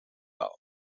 wel